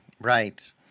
Right